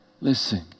Listen